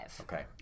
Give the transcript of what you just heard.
Okay